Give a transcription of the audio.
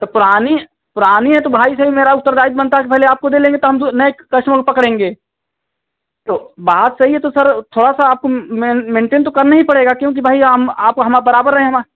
तो पुरानी पुरानी हे तो भाई सही मेरा उत्तरदायित बनता है की पहले आपको ले लेंगे त हम दो नये कस्टमर को पकड़ेंगे तो बात सही है तो सर थोड़ा सा आपको मेन मैन्टेन तो करना ही पड़ेगा क्योंकि भाई आप हम बराबर